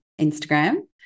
Instagram